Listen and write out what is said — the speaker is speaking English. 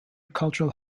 cultural